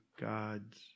God's